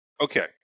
Okay